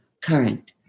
current